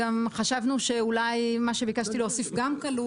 אז חשבנו שלצורך תיקון ליקויים חשבנו שמה שביקשתי להוסיף גם כלול